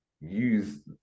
use